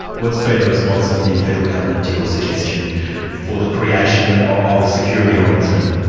what's been the response of the federal government to your suggestion for the creation ah of a security ombudsman?